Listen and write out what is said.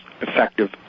effective